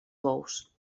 bous